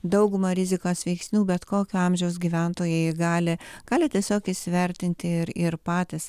daugumą rizikos veiksnių bet kokio amžiaus gyventojai gali gali tiesiog įsivertinti ir ir patys